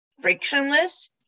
frictionless